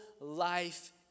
life